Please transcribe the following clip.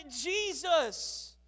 Jesus